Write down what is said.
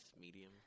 Medium